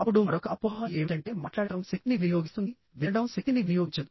అప్పుడు మరొక అపోహ ఏమిటంటే మాట్లాడటం శక్తిని వినియోగిస్తుంది మరియు వినడం శక్తిని వినియోగించదు